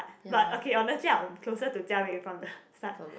but okay honestly I'm closer to jia wei from the start